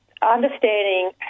understanding